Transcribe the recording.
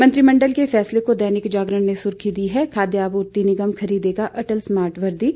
मंत्रिमंडल के फैसले को दैनिक जागरण ने सुर्खी दी है खाद्य आपूर्ति निगम खरीदेगा अटल स्मार्ट वर्दी